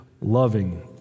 loving